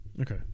Okay